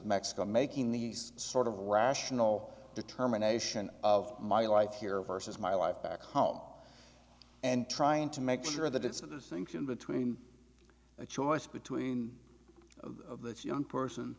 mexico making these sort of rational determination of my life here versus my life back home and trying to make sure that it's a distinction between a choice between the young